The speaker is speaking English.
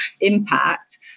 impact